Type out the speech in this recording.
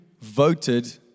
voted